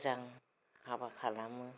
मोजां हाबा खालामो